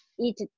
eat